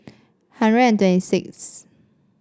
hundred and twenty sixth